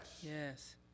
Yes